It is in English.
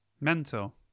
Mental